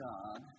God